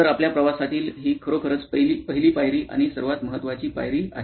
तर आपल्या प्रवासातील ही खरोखरच पहिली पायरी आणि सर्वात महत्वाची पायरी आहे